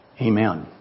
Amen